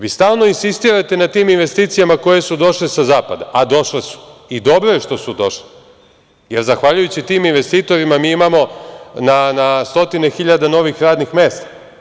Vi stalno insistirate na tim investicijama koje su došle sa zapada, a došle su i dobro je što su došle, jer zahvaljujući tim investitorima mi imamo na stotine hiljada novih radnih mesta.